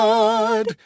God